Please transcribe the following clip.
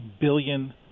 billion